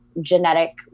genetic